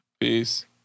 Peace